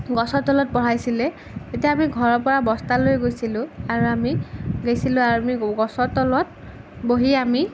গছৰ তলত পঢ়াইছিলে তেতিয়া আমি ঘৰৰপৰা বস্তা লৈ গৈছিলোঁ আৰু আমি আৰু আমি গছৰ তলত বহি আমি